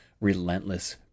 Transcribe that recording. relentless